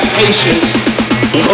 patience